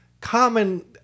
common